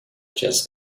just